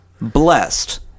Blessed